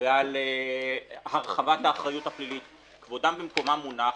ועל הרחבת האחריות הפלילית, כבודם במקומם מונח.